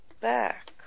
back